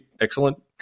Excellent